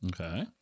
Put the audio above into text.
Okay